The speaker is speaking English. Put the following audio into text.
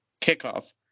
kickoff